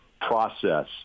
process